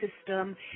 system